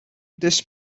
this